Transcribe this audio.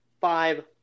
five